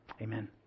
Amen